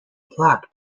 plaque